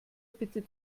bitte